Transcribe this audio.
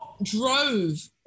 drove